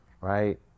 right